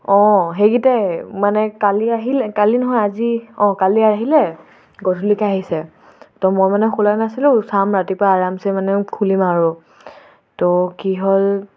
অঁ সেইকেইটাই মানে কালি আহিলে কালি নহয় আজি অঁ কালি আহিলে গধূলিকৈ আহিছে ত' মই মানে খোলাই নাছিলোঁ চাম ৰাতিপুৱা আৰামছে মানে খুলিম আৰু তো কি হ'ল